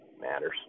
matters